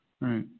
Right